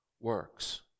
works